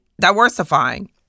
Diversifying